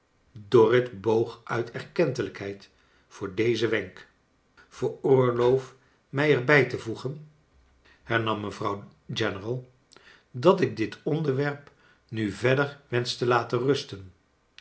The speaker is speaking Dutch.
dorrit boog uit erkentelijkheid voor dozen wenk veroorloof mij er bij te voegen charles dickens hernam mevrouw general dat ik dit onderwerp nu verder wensch te laten rusten